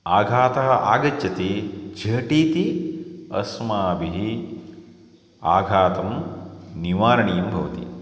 आघातः आगच्छति झटिति अस्माभिः आघातं निवारणीयं भवति